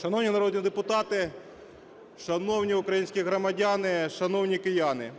Шановні народні депутати, шановні українські громадяни, шановні кияни,